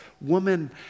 woman